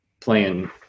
playing